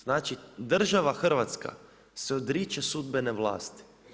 Znači država Hrvatska se odriče sudbene vlasti.